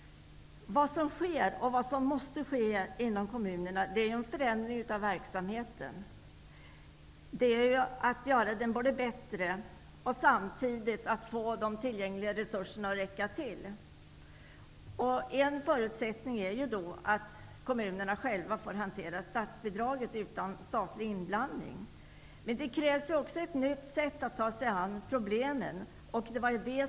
Vad som sker, och vad som måste ske, i kommunerna är att verksamheten förändras. Det gäller att göra den bättre och att samtidigt få tillgängliga resurser att räcka till. En förutsättning är då att kommunerna själva får hantera statsbidraget utan statlig inblandning. Men det krävs också ett nytt sätt när det gäller att ta sig an problemen.